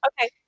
okay